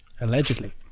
Allegedly